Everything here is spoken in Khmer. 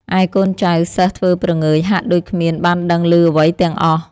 ឯកូនចៅ សិស្សធ្វើព្រងើយហាក់ដូចគ្មានបានដឹងឮអ្វីទាំងអស់។